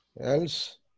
Else